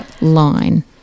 Line